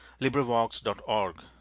LibriVox.org